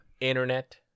internet